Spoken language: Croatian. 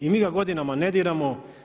I mi ga godinama ne diramo.